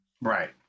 Right